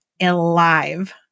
alive